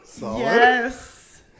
Yes